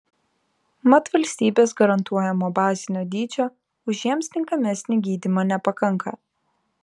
mat valstybės garantuojamo bazinio dydžio už jiems tinkamesnį gydymą nepakanka